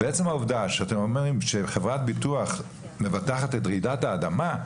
עצם העובדה שאתם אומרים שחברת ביטוח מבטחת את רעידת האדמה,